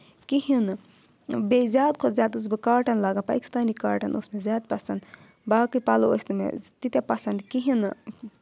کِہیٖنہٕ بیٚیہِ زیادٕ کھۄتہٕ زیادٕ ٲسٕس بہٕ کاٹَن لاگان پٲکِستانی کاٹَن اوس مےٚ زیادٕ پَسنٛد باقٕے پَلو ٲسۍ نہٕ مےٚ تیٖتیٛاہ پَسنٛد کِہیٖنۍ نہٕ